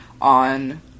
on